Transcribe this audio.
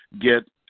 get